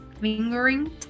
fingering